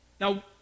Now